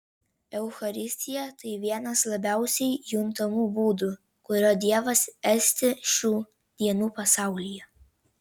eucharistija tai vienas labiausiai juntamų būdų kuriuo dievas esti šių dienų pasaulyje